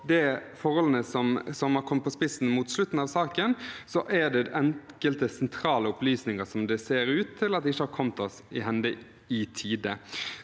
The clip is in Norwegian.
forholdene som har kommet på spissen mot slutten av saken, er enkelte sentrale opplysninger som det ser ut til ikke har kommet oss i hende i tide.